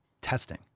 testing